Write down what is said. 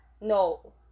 No